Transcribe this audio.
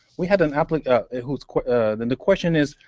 we had an applicant and the question is,